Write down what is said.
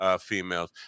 females